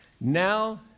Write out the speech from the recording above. Now